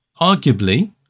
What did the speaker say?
arguably